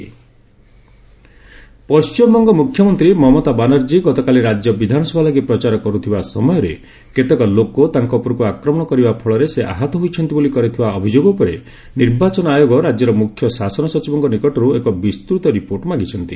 ECI Mamata Banerjee Paschimbanga ମୁଖ୍ୟମନ୍ତ୍ରୀ ମମତା ବାନାର୍ଜୀ ଗତକାଲି ରାଜ୍ୟ ବିଧାନସଭା ଲାଗି ପ୍ରଚାର କର୍ରଥିବା ସମୟରେ କେତେକ ଲୋକ ତାଙ୍କ ଉପରକ୍ ଆକ୍ରମଣ କରିବା ଫଳରେ ସେ ଆହତ ହୋଇଛନ୍ତି ବୋଲି କରିଥିବା ଅଭିଯୋଗ ଉପରେ ନିର୍ବାଚନ ଆୟୋଗ ରାଜ୍ୟର ମୁଖ୍ୟ ଶାସନ ସଚିବଙ୍କ ନିକଟରୁ ଏକ ବିସ୍ତୃତ ରିପୋର୍ଟ ମାଗିଛନ୍ତି